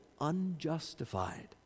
unjustified